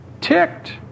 ticked